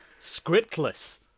scriptless